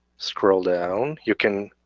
scroll down you can